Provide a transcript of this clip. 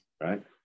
Right